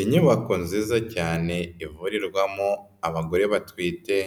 Inyubako nziza cyane ivurirwamo abagore batwite